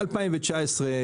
מ-2019,